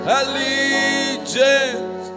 allegiance